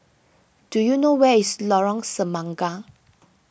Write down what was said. do you know where is Lorong Semangka